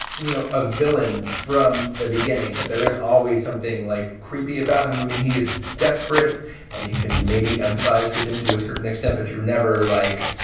you know, a villain from the beginning. but there is always something like creepy about him. i mean, he is desperate and you can maybe empathize with him to a certain extent, but you're never like,